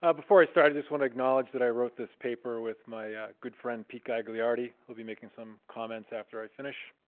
ah before i start, i just want to acknowledge that i wrote this paper with my good friend, pete gagliardi, who'll be making some comments after i finish.